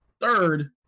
Third